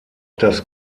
das